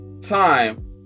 time